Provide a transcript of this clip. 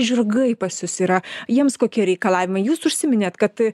žirgai pas jus yra jiems kokie reikalavimai jūs užsiminėt kad